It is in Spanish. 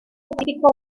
pacífico